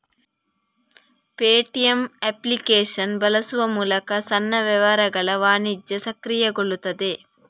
Paytm application ಬಳಸುವ ಮೂಲಕ ಸಣ್ಣ ವ್ಯವಹಾರಗಳ ವಾಣಿಜ್ಯ ಸಕ್ರಿಯಗೊಳ್ಳುತ್ತದೆ